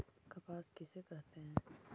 कपास किसे कहते हैं?